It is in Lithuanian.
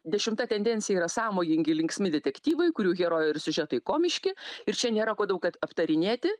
dešimta tendencija yra sąmojingi linksmi detektyvai kurių herojai ir siužetai komiški ir čia nėra ko daug kad aptarinėti